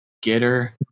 getter